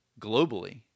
globally